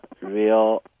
real